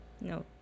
no